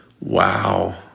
Wow